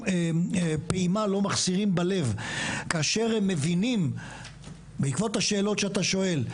פעימה הם לא מחסירים בלב כאשר הם מבינים בעקבות השאלות שאתה שואל,